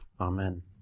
Amen